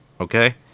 Okay